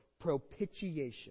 Propitiation